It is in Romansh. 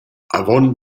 avon